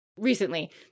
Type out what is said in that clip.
recently